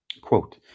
Quote